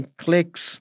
clicks